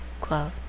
Quote